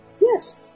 Yes